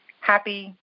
happy